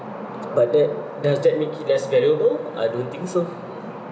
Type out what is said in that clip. but that does that make it less valuable I don't think SO